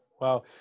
wow